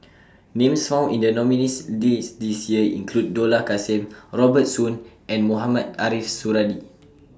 Names found in The nominees' list This Year include Dollah Kassim Robert Soon and Mohamed Ariff Suradi